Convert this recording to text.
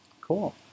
cool